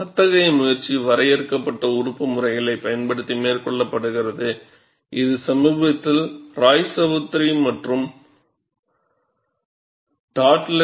அத்தகைய முயற்சி வரையறுக்கப்பட்ட உறுப்பு முறைகளைப் பயன்படுத்தி மேற்கொள்ளப்படுகிறது இது சமீபத்தில் ராய்சவுத்ரி மற்றும் டாட்ஸால் R